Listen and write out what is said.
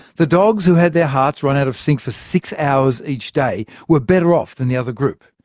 the dogs who had their hearts run out of sync for six hours each day, were better off than the other group.